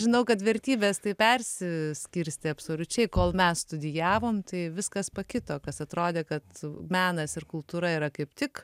žinau kad vertybės tai persiskirstė absoliučiai kol mes studijavom tai viskas pakito kas atrodė kad menas ir kultūra yra kaip tik